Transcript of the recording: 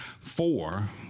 four